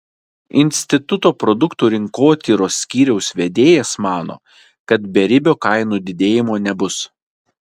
instituto produktų rinkotyros skyriaus vedėjas mano kad beribio kainų didėjimo nebus